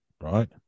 right